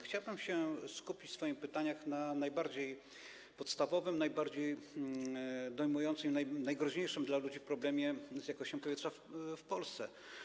Chciałbym się skupić w swoich pytaniach na najbardziej podstawowym, najbardziej dojmującym i najgroźniejszym dla ludzi problemie, jakim jest jakość powietrza w Polsce.